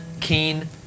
keen